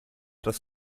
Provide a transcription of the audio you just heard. das